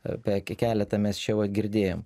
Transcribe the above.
apie keletą mes čia va girdėjom